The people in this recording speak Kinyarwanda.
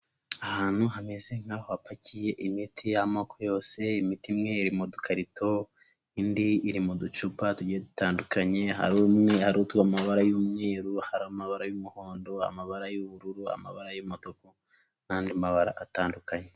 Ahantu hameze nk'ahapakiye imiti y'amoko yose, imiti imwe iri mu dukarito, indi iri mu ducupa dutandukanye, hari umwe, hari utw'amabara y'umweru, hari amabara y'umuhondo, amabara y'ubururu, amabara y'umutuku n'andi mabara atandukanye.